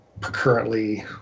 currently